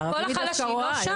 ערבים דווקא רואה.